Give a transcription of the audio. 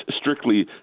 strictly